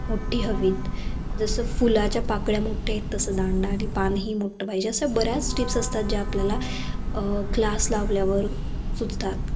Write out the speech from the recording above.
मोठ्ठी हवी आहेत जसं फुलाच्या पाकळ्या मोठ्ठ्या आहेत तसं दांडा आणि पानही मोठ्ठ पाहिजे अशा बऱ्याच टिप्स असतात ज्या आपल्याला क्लास लावल्यावर सुचतात